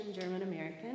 German-American